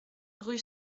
rue